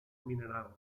minerals